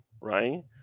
right